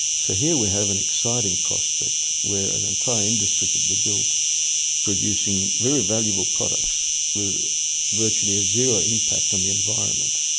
so here we have an exciting prospect where an entire industry can be built producing very valuable products with virtually a zero impact on the environment.